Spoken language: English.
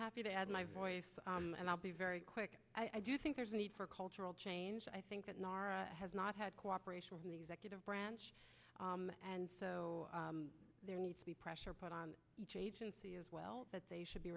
happy to add my voice and i'll be very quick i do think there's a need for cultural change i think that has not had cooperation in the executive branch and so there needs to be pressure put on each agency as well that they should be